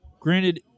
Granted